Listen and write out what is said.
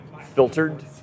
filtered